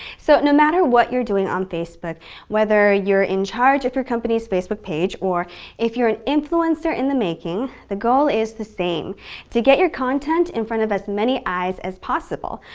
so, no matter what you're doing on facebook whether you're in charge of your company's facebook page or if you're an influencer-in-the-making, the goal is the same to get your content in front of as many eyes as possible.